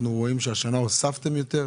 אנחנו רואים שהשנה הוספתם יותר.